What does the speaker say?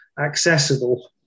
accessible